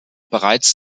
bereits